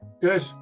Good